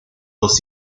dos